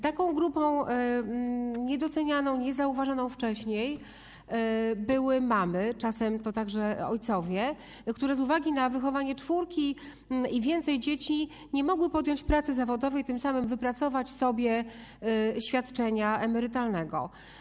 Taką grupą niedocenianą, wcześniej niezauważoną były mamy, czasem także ojcowie, które z uwagi na wychowanie czworga i więcej dzieci nie mogły podjąć pracy zawodowej, a tym samym wypracować sobie świadczenia emerytalnego.